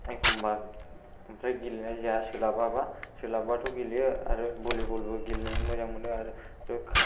एखनबा ओमफ्राय गेलेनाय जाया सोलाबाबा सोलाबबाथ' गेलेयो आरो भलिब'ल बो गेलेनो मोजां मोनो